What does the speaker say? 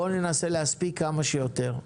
בואו ננסה להספיק כמה שיותר.